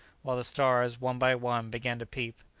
while the stars, one by one, began to peep.